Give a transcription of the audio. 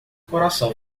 coração